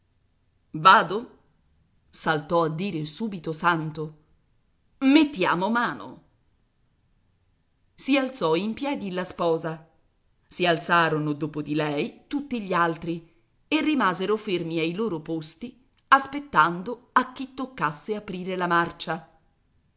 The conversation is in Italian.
vado saltò a dire subito santo mettiamo mano si alzò in piedi la sposa si alzarono dopo di lei tutti gli altri e rimasero fermi ai loro posti aspettando a chi toccasse aprire la marcia